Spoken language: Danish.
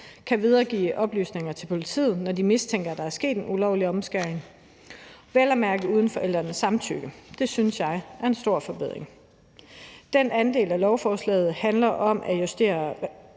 kan videregive oplysninger til politiet, når de mistænker, at der er sket en ulovlig omskæring, vel at mærke uden forældrenes samtykke. Det synes jeg er en stor forbedring. Den anden del af lovforslaget handler om at justere